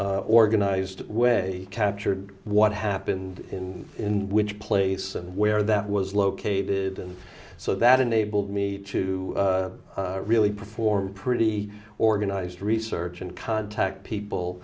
well organized way captured what happened in in which place and where that was located and so that enabled me to really perform pretty organized research and contact people